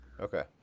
Okay